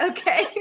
Okay